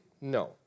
No